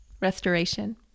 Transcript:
restoration